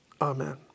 Amen